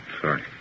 sorry